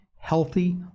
healthy